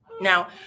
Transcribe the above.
Now